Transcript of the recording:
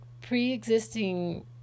pre-existing